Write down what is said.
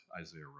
Isaiah